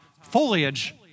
foliage